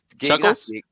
chuckles